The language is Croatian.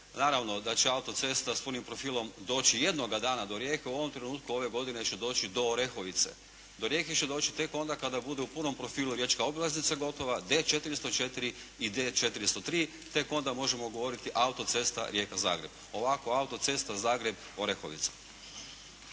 naravno da će autocesta s punim profilom doći jednoga dana do Rijeke. U ovom trenutku ove godine će doći do Orehovice. Do Rijeke će doći tek onda kada bude u punom profilu riječka obilaznica gotova, D404 i D403 tek onda možemo govoriti autocesta Rijeka-Zagreb. Ovako autocesta Zagreb-Orehovica.